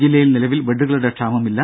ജില്ലയിൽ നിലവിൽ ബെഡ്ഡുകളുടെ ക്ഷാമമില്ല